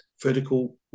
vertical